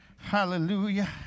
Hallelujah